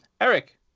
eric